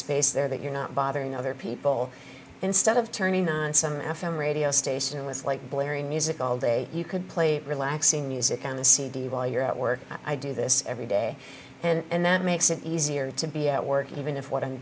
space there that you're not bothering other people instead of turning on some f m radio station with like blaring music all day you could play relaxing music on the cd while you're at work i do this every day and that makes it easier to be at work even if what i'm